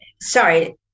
Sorry